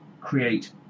create